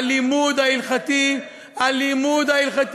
הלימוד ההלכתי, הלימוד ההלכתי